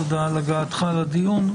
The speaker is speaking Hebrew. תודה על הגעתך לדיון.